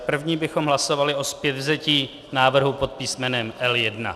První bychom hlasovali o zpětvzetí návrhu pod písmenem L1.